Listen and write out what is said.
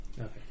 Okay